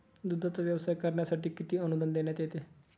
दूधाचा व्यवसाय करण्यासाठी किती अनुदान देण्यात येते?